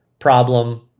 problem